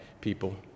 people